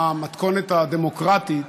המתכונת הדמוקרטית